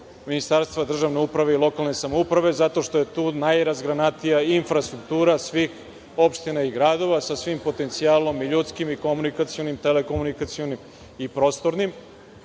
Ministarstva državne uprave i lokalne samouprave, zato što je tu najrazgranatija infrastruktura svih gradova i opština, sa svim potencijalom - ljudskim, komunikacionim, telekomunikacionim i prostornim;